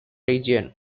region